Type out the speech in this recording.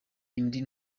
indi